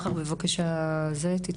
אצלי